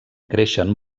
creixen